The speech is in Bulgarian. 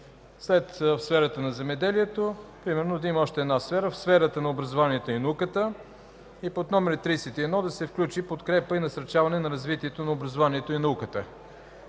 след сферата на земеделието, примерно да има още една сфера, в сферата на образованието и науката, под номер 31 да се включи „Подкрепа и насърчаване на развитието на образованието и науката”.